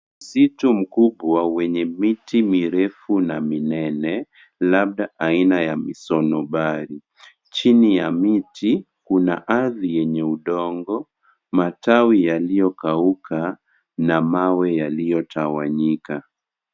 Msitu mkubwa wenye miti mirefu na minene. Labda aina ya misonobari, chini ya miti kuna ardhi yenye udongo, matawi yaliokauka na mawe yaliyotawanyika.